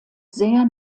sehr